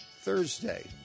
thursday